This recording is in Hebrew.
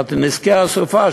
אמרתי: נזקי הסופה,